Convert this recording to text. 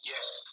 Yes